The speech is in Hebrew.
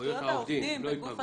שזכויות העובדים לא יפגעו.